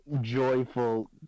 joyful